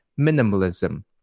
minimalism